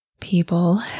people